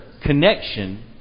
connection